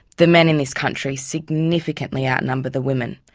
the men in this country significantly outnumber the women.